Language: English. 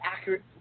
accurate